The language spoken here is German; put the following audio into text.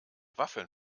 waffeln